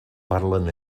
parlen